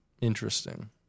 Interesting